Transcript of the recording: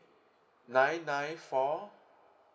nine nine four